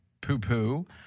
poo-poo